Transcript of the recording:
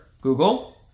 Google